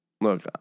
look